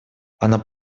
она